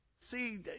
See